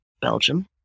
Belgium